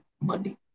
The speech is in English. money